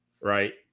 right